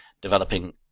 developing